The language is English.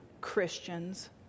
Christians